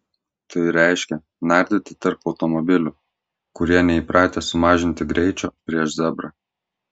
tai reiškia nardyti tarp automobilių kurie neįpratę sumažinti greičio prieš zebrą